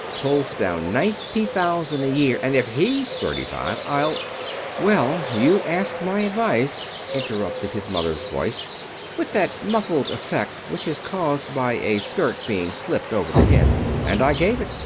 pulls down ninety thousand a year, and if he's thirty-five i'll well, you asked my advice, interrupted his mother's voice with that muffled effect which is caused by a skirt being slipped over the head, and i gave it.